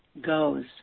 goes